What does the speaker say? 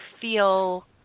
feel